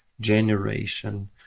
generation